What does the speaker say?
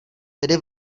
tedy